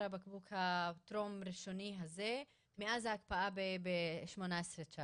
הבקבוק הטרום-ראשוני הזה מאז ההקפאה בשנים 18-19?